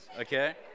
okay